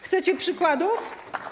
Chcecie przykładów?